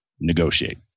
negotiate